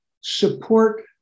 support